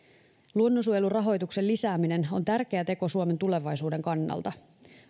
luonnonsuojelun rahoituksen lisääminen on tärkeä teko suomen tulevaisuuden kannalta